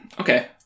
Okay